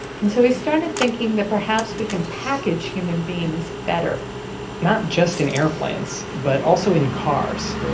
and so he started thinking that perhaps we can package human beings better not just in airplanes, but also in cars